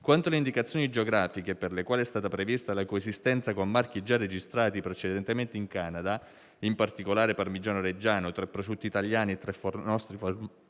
Quanto alle indicazioni geografiche per le quali è stata prevista la coesistenza con marchi già registrati precedentemente in Canada (in particolare, Parmigiano Reggiano, tre prosciutti italiani e tre nostri